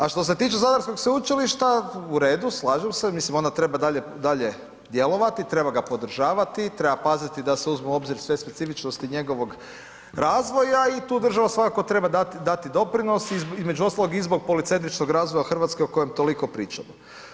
A što se tiče zadarskog sveučilišta, u redu, slažem se, mislim onda treba djelovati, treba ga podržavati, treba paziti da se uzmu u obzir sve specifičnosti njegovog razvoja i tu država svakako treba dati doprinos, između ostalog i zbog policentričnog razvoja Hrvatske o kojem toliko pričamo.